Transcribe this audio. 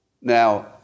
Now